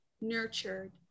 nurtured